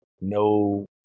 No